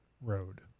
Road